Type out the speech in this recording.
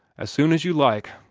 as soon as you like,